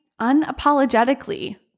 unapologetically